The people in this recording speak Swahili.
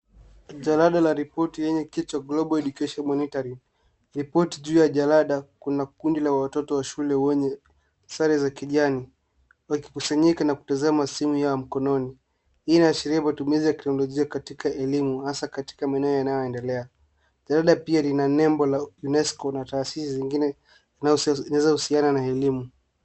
Jalada la ripoti yenye kichwa Global Education Monitoring . Report juu ya jalada, kuna kundi la watoto wa shule wenye sare za kijani, wakikusanyika na kutazama simu yao mkononi. Hii inaashiria matumizi ya teknolojia katika elimu, hasaa katika maeneo yanayoendelea. Jalada pia lina nembo la Unesco na taasisi zingine zinazohusiana na elimu.